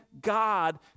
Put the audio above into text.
God